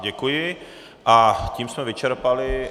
Děkuji a tím jsme vyčerpali...